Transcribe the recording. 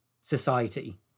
society